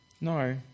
No